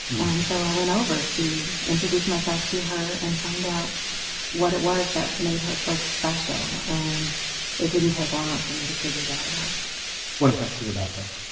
and so, i went over to introduce myself to her and find out what it was that made her so special. and it didn't take long for me to figure that out what impressed you about her?